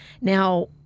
Now